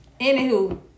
anywho